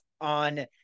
on